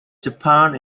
japan